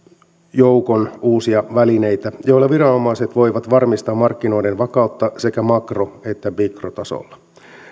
joukon uusia välineitä joilla viranomaiset voivat varmistaa markkinoiden vakautta sekä makro että mikrotasolla